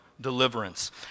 deliverance